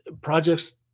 projects